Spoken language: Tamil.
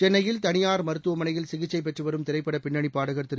சென்னையில் தனியார் மருத்துவமனையில் சிகிச்சை பெற்று வரும் திரைப்பட பின்னணி பாடகர் திரு